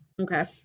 okay